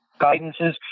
guidances